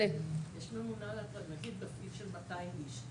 יש ממונה, נגיד מפעיל של 200 איש.